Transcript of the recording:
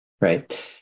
right